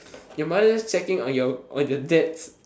your mother just checking on your on your dad's